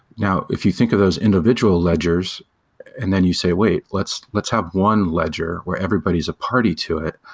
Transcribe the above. now, if you think of those individual ledgers and then you say, wait. let's let's have one ledger where everybody's a party to it,